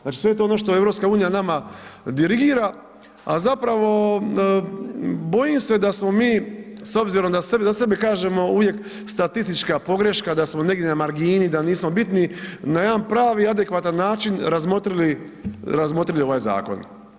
Znači sve je to ono što EU nama dirigira a zapravo bojim se da smo mi s obzirom da za sebe kažemo uvijek statistika pogreška, da smo negdje na margini, da nismo bitni, na jedan pravi i adekvatan način razmotrili ovaj zakon.